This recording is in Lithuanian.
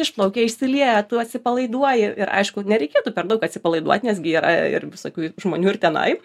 išplaukia išsilieja tu atsipalaiduoji ir aišku nereikėtų per daug atsipalaiduot nes gi yra ir visokių žmonių ir tenai